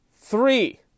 three